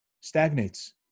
stagnates